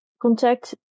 Contact